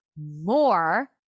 more